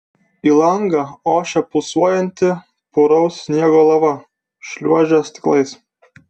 į langą ošė pulsuojanti puraus sniego lava šliuožė stiklais